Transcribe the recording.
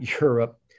Europe